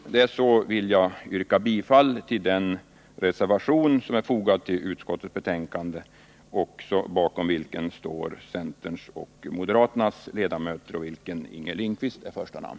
Med dessa ord vill jag yrka bifall till den reservation som fogats till utskottets betänkande av centerns och moderaternas ledamöter i utskottet och med Inger Lindquist som första namn.